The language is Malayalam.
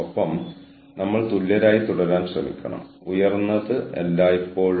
ഇപ്പോൾ ഈ സമയത്ത് എന്താണ് കൂടുതൽ പ്രധാനം പിന്നീട് എന്തൊക്കെ നോക്കാം